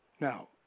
Now